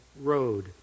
road